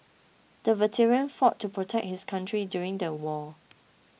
the veteran fought to protect his country during the war